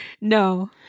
No